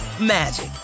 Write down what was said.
magic